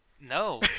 No